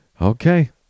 okay